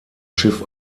schiff